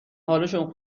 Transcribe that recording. حالشون